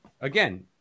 again